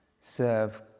serve